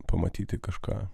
pamatyti kažką